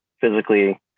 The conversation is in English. physically